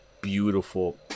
beautiful